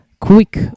quick